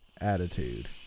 attitude